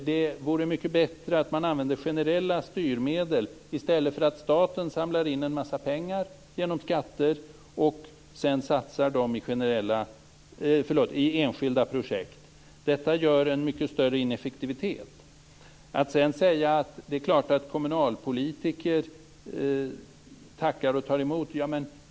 Det vore mycket bättre om man använde generella styrmedel i stället för att staten samlar in en massa pengar genom skatter och sedan satsar dem i enskilda projekt. Detta gör en mycket större ineffektivitet. Sedan sades det att det är klart att kommunalpolitiker tackar och tar emot.